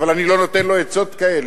אבל אני לא נותן לו עצות כאלה.